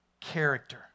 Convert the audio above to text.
character